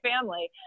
family